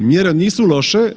Mjere nisu loše.